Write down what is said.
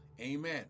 Amen